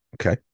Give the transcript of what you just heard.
Okay